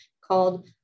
called